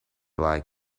like